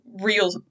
real